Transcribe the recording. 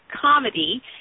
comedy